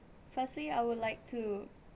firstly I would like to